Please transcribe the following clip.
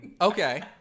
Okay